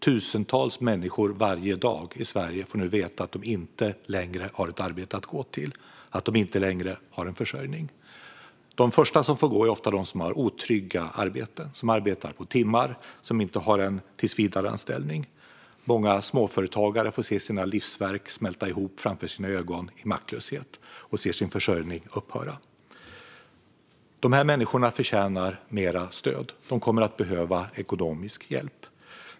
Tusentals människor varje dag i Sverige får nu veta att de inte längre har ett arbete att gå till, att de inte längre har en försörjning. De första som får gå är ofta de som har otrygga arbeten, som arbetar på timmar, som inte har en tillsvidareanställning. Många småföretagare får i maktlöshet se sina livsverk smälta ihop framför ögonen och sin försörjning upphöra. De här människorna förtjänar mer stöd. De kommer att behöva ekonomisk hjälp.